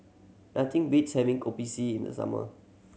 nothing beats having Kopi C in the summer